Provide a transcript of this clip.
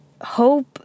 hope